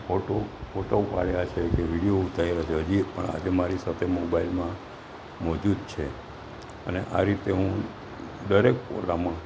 ફોટું photo પાડ્યાં છે કે વિડિયો ઉતાર્યા છે હજી એક આજે મારી સાથે મોબાઈલમાં મોજૂદ છે અને આ રીતે હું દરેક પ્રોગ્રામમાં